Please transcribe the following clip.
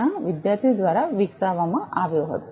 tech ના વિદ્યાર્થીઓ દ્વારા વિકસાવવામાં આવ્યો હતો